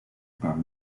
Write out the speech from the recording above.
par